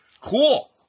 cool